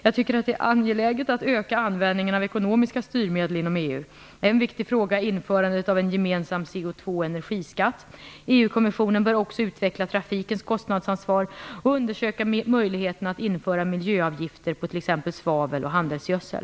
Jag tycker att det är angeläget att öka användningen av ekonomiska styrmedel inom EU: En viktig fråga är införandet av en gemensam CO2/energi-skatt. EU kommissionen bör också utveckla trafikens kostnadsansvar och undersöka möjligheterna att införa miljöavgifter på t.ex. svavel och handelsgödsel.